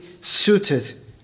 suited